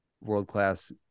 world-class